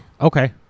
Okay